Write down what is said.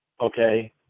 okay